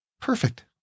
Perfect